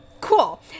Cool